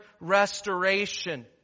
restoration